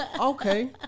okay